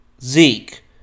Zeke